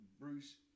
Bruce